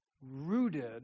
rooted